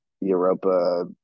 Europa